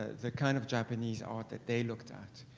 the kind of japanese art that they looked at.